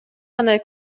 кандай